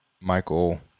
Michael